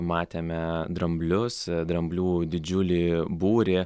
matėme dramblius dramblių didžiulį būrį